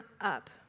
up